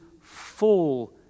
full